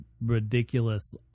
ridiculous